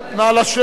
נא לשבת,